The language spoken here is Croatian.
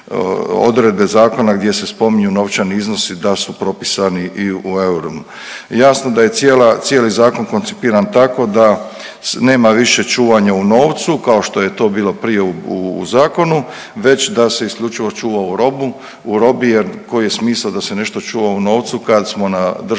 odredbe zakona gdje se spominju novčani iznosi da su propisani i u euru. Jasno da je cijeli zakon koncipiran tako da nema više čuvanja u novcu kao što je to bilo prije u zakonu, već da se isključivo čuva u robi. Jer koji je smisao da se nešto čuva u novcu kada smo na državnom